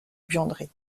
buanderie